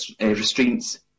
restraints